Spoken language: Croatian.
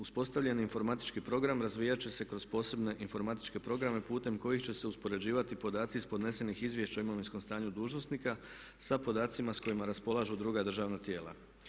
Uspostavljeni informatički program razvijati će se kroz posebne informatičke programe putem kojih će uspoređivati podaci iz podnesenih izvješća o imovinskom stanju dužnosnika sa podacima s kojima raspolažu druga državna tijela.